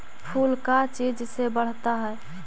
फूल का चीज से बढ़ता है?